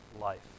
life